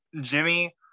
jimmy